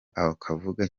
akavuga